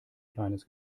kleines